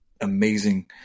amazing